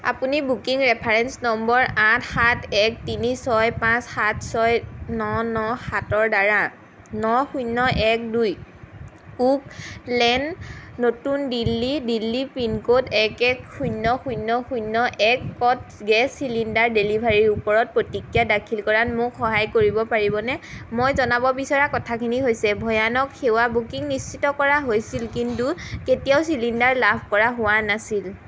আপুনি booking reference number আঠ সাত এক তিনি ছয় পাঁচ সাত ছয় ন ন সাতৰদ্বাৰা ন শূন্য এক দুই ওকলেন নতুন দিল্লী দিল্লী পিনক'ড এক এক শূন্য শূন্য শূন্য একত গেছ চিলিণ্ডাৰ ডেলিভাৰীৰ ওপৰত প্ৰতিক্ৰিয়া দাখিল কৰাত মোক সহায় কৰিব পাৰিবনে মই জনাব বিচৰা কথাখিনি হৈছে ভয়ানক সেৱা বুকিং নিশ্চিত কৰা হৈছিল কিন্তু কেতিয়াও চিলিণ্ডাৰ লাভ কৰা হোৱা নাছিল